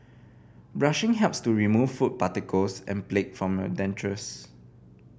brushing helps to remove food particles and plaque from your dentures